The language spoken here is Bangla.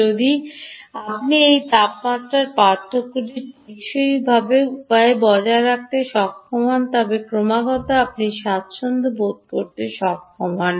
যদি আপনি এই তাপমাত্রার পার্থক্যটি টেকসই উপায়ে বজায় রাখতে সক্ষম হন তবে ক্রমাগত আপনি স্বাচ্ছন্দ্য বোধ করতে প্রস্তুত হন